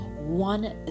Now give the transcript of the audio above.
one